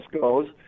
goes